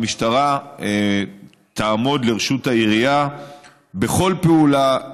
המשטרה תעמוד לרשות העירייה בכל פעולה,